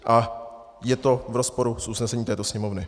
A je to v rozporu s usnesením této Sněmovny.